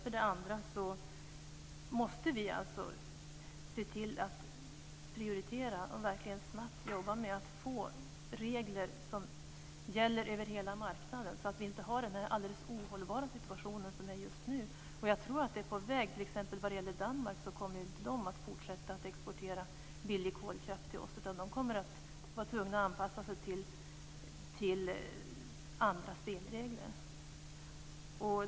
För det andra måste vi se till att prioritera och snabbt jobba med att få fram regler som gäller över hela marknaden, så att vi inte har den ohållbara situation som är just nu. Jag tror att sådana är på väg t.ex. när det gäller Danmark. Danmark kommer ju inte att fortsätta att exportera billig kolkraft till oss. Danmark kommer att vara tvunget att anpassa sig till andra spelregler.